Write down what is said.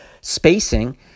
spacing